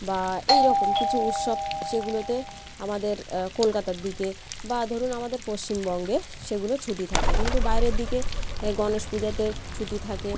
বা এইরকম কিছু উৎসব সেগুলোতে আমাদের কলকাতার দিকে বা ধরুন আমাদের পশ্চিমবঙ্গে সেগুলো ছুটি থাকে কিন্তু বাইরের দিকে গণেশ পূজাতে ছুটি থাকে